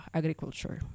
agriculture